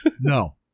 No